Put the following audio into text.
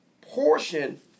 portion